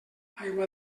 aigua